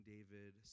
David